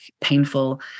painful